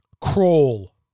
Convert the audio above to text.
Crawl